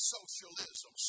Socialism